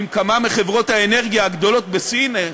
עם כמה מחברות האנרגיה הגדולות בסין,